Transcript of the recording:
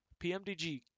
PMDG